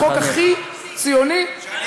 החוק הכי ציוני, אתה לא מטיף פה עכשיו.